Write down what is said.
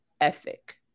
ethic